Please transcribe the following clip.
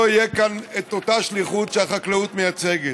תהיה כאן את אותה שליחות שהחקלאות מייצגת.